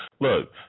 Look